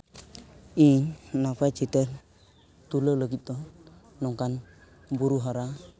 ᱤᱧ ᱱᱟᱯᱟᱭ ᱪᱤᱛᱟᱹᱨ ᱛᱩᱞᱟᱹᱣ ᱞᱟᱹᱜᱤᱫ ᱛᱮᱦᱚᱸ ᱱᱚᱝᱠᱟᱱ ᱵᱩᱨᱩ ᱦᱟᱨᱟ